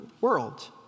world